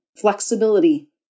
flexibility